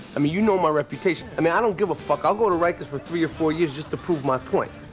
i mean, you know my reputation. um and i don't give a fuck, i'll go to rikers for three or four years just to prove my point,